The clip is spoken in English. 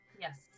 Yes